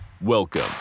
Welcome